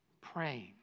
praying